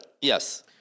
Yes